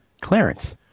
Clarence